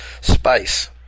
space